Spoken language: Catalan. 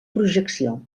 projecció